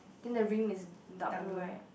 then the rim is dark blue right